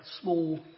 small